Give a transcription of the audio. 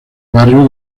barrio